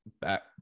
back